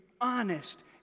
honest